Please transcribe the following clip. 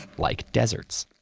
like deserts.